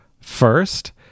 first